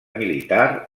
militar